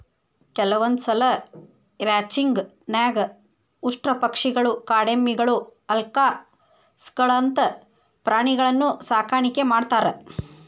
ಕೆಲವಂದ್ಸಲ ರ್ಯಾಂಚಿಂಗ್ ನ್ಯಾಗ ಉಷ್ಟ್ರಪಕ್ಷಿಗಳು, ಕಾಡೆಮ್ಮಿಗಳು, ಅಲ್ಕಾಸ್ಗಳಂತ ಪ್ರಾಣಿಗಳನ್ನೂ ಸಾಕಾಣಿಕೆ ಮಾಡ್ತಾರ